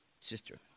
Sister